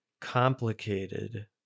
complicated